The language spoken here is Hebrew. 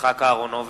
יצחק אהרונוביץ,